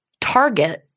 Target